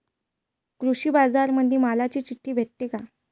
कृषीबाजारामंदी मालाची चिट्ठी भेटते काय?